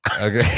Okay